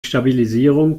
stabilisierung